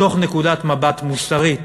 מתוך נקודת מבט מוסרית